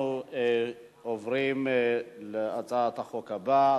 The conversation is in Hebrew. אנחנו עוברים להצעת החוק הבאה,